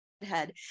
head